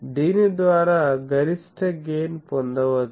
దీని ద్వారా గరిష్ట గెయిన్ పొందవచ్చు